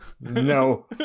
No